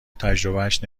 تجربهاش